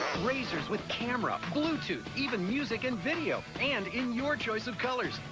razrs with camera, bluetooth, even music and video and in your choice of colors.